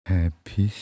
Happy